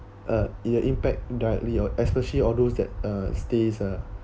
uh ya impact directly especially all those that uh stays uh